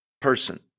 person